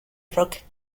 rock